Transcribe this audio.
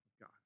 God